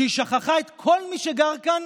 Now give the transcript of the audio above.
ששכחה את כל מי שגר כאן